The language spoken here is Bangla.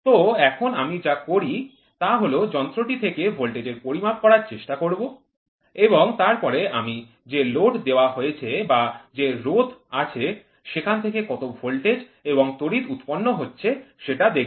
তো এখন আমি যা করি তা হল যন্ত্রটি থেকে ভোল্টেজের পরিমাপ করার চেষ্টা করব এবং তারপরে আমি যে লোড দেওয়া হয়েছে বা যে রোধ আছে সেখান থেকে কত ভোল্টেজ এবং তড়িৎ উৎপন্ন হচ্ছে সেটা দেখব